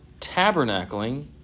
tabernacling